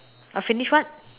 uh finish what